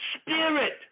spirit